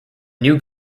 new